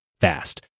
fast